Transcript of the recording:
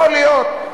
יכול להיות.